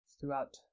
throughout